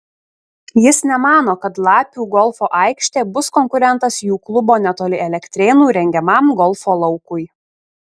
jis nemano kad lapių golfo aikštė bus konkurentas jų klubo netoli elektrėnų rengiamam golfo laukui